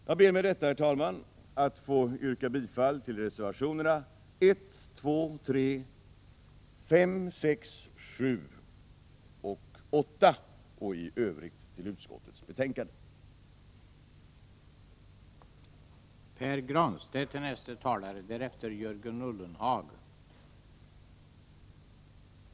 Jag ber med detta, herr talman, att få yrka bifall till reservationerna 1, 2,3, 5, 6, 7 och 8. I övrigt yrkar jag bifall till utskottets hemställan.